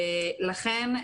לכן,